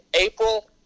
April